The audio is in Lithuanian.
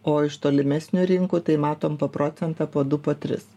o iš tolimesnių rinkų tai matom po procentą po du po tris